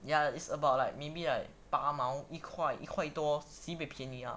ya it's about like maybe 八毛一块一块多 sibeh 便宜 ah